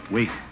Wait